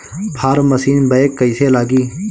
Form machine बैक कईसे लागी?